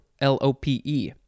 L-O-P-E